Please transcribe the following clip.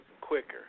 quicker